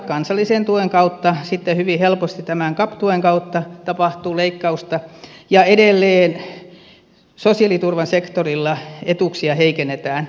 kansallisen tuen kautta sitten hyvin helposti tämän cap tuen kautta tapahtuu leikkausta ja edelleen sosiaaliturvan sektorilla etuuksia heikennetään